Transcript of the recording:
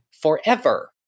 forever